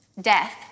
death